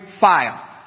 file